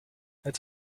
het